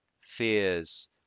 Fears